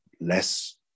less